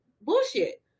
bullshit